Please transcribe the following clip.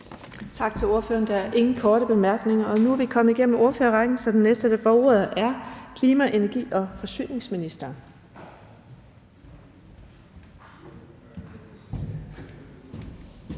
Tak til ordføreren. Der er ingen korte bemærkninger. Nu er vi kommet igennem ordførerrækken, så den næste, der får ordet, er klima-, energi- og forsyningsministeren.